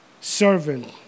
servant